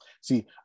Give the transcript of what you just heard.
See